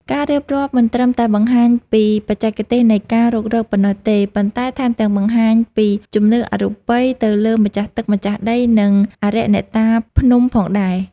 ការរៀបរាប់មិនត្រឹមតែបង្ហាញពីបច្ចេកទេសនៃការរុករកប៉ុណ្ណោះទេ ប៉ុន្តែថែមទាំងបង្ហាញពីជំនឿអរូបីទៅលើម្ចាស់ទឹកម្ចាស់ដី និងអារក្សអ្នកតាភ្នំផងដែរ។